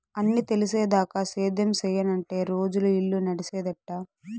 అన్నీ తెలిసేదాకా సేద్యం సెయ్యనంటే రోజులు, ఇల్లు నడిసేదెట్టా